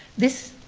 this,